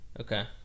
Okay